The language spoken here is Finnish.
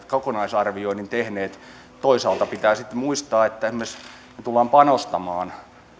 kokonaisarvioinnin tehneet toisaalta pitää sitten muistaa että me tulemme panostamaan esimerkiksi